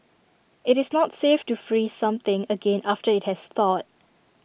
IT is not safe to freeze something again after IT has thawed